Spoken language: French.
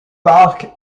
parc